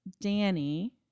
Danny